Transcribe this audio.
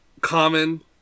Common